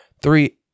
Three